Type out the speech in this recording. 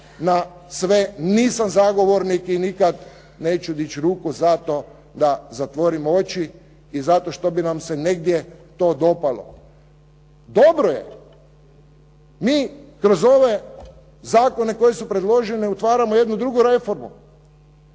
na sve nisam zagovornik i nikada neću dići ruku za to da zatvorimo oči i zato što bi nam se negdje to dopalo. Dobro je, mi kroz ove zakone koji su predloženi otvaramo jednu drugu reformu